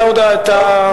לא.